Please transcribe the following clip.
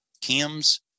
Kim's